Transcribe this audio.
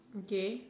okay